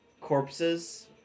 corpses